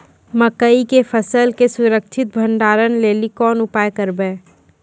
मकई के फसल के सुरक्षित भंडारण लेली कोंन उपाय करबै?